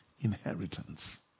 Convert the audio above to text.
inheritance